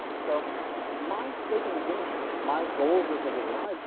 so my stake in the game here, my goals as a designer,